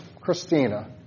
Christina